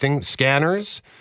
scanners